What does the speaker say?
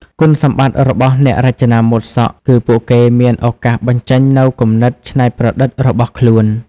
គុណសម្បត្តិរបស់អ្នករចនាម៉ូដសក់គឺពួកគេមានឱកាសបញ្ចេញនូវគំនិតច្នៃប្រឌិតរបស់ខ្លួន។